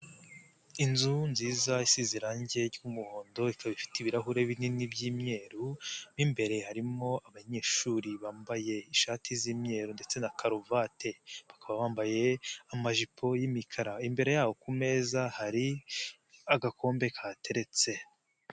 Inzu nziza isize irange ry'umuhondo, ikaba ifite ibirahure binini by'imyeru, mu imbere harimo abanyeshuri bambaye ishati z'imyeru ndetse na karuvate, bakaba bambaye amajipo y'imikara, imbere yabo ku meza hari agakombe kahateretse.